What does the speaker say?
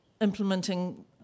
implementing